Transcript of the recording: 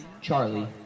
Charlie